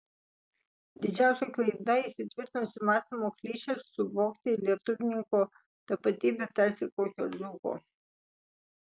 didžiausia klaida įsitvirtinusi mąstymo klišė suvokti lietuvninko tapatybę tarsi kokio dzūko